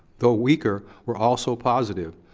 though weaker, were also positive.